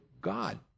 God